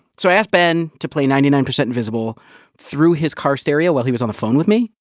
so i asked ben to play ninety nine percent invisible through his car stereo while he was on the phone with me.